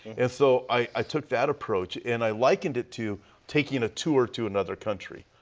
and so i took that approach. and i likened it to taking a tour to another country.